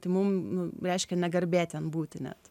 tai mum reiškia negarbė ten būti net